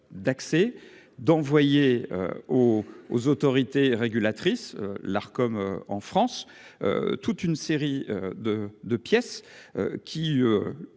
d'accès d'envoyer aux autorités régulatrices l'art comme en France, toute une série de de pièces qui